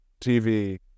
TV